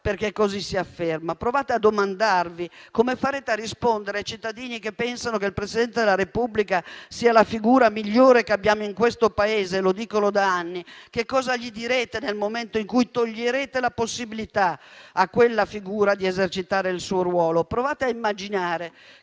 perché così si afferma; provate a domandarvi come farete a rispondere ai cittadini che pensano che il Presidente della Repubblica sia la figura migliore che abbiamo in questo Paese (lo dicono da anni). Che cosa direte loro nel momento in cui toglierete la possibilità a quella figura di esercitare il suo ruolo? Provate a immaginare